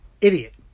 Idiot